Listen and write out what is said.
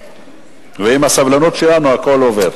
ועם הסבלנות שלנו הכול עובר.